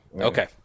Okay